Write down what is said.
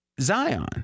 Zion